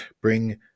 bring